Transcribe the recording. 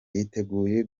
yiteguye